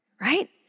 right